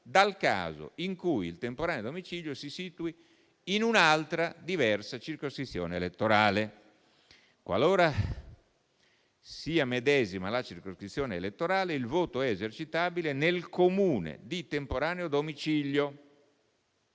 dal caso in cui il temporaneo domicilio si situi in un'altra e diversa circoscrizione elettorale. Qualora la circoscrizione elettorale sia la medesima, il voto è esercitabile nel Comune di temporaneo domicilio.